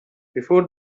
before